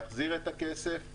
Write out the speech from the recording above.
להחזיר את הכסף.